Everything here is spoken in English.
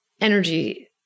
energy